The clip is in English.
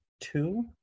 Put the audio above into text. two